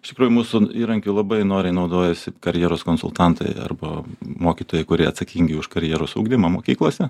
iš tikrųjų mūsų įrankiu labai noriai naudojasi karjeros konsultantai arba mokytojai kurie atsakingi už karjeros ugdymą mokyklose